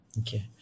okay